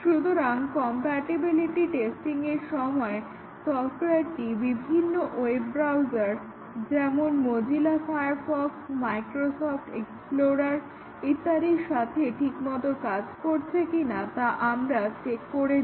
সুতরাং কম্পাটিবিলিটি টেস্টিংয়ের সময় সফটওয়ারটি বিভিন্ন ওয়েব ব্রাউজার যেমন মজিলা ফায়ারফক্স মাইক্রোসফ্ট এক্সপ্লোরার সাথে ঠিকমত কাজ করছে কিনা তা আমরা চেক করে নিই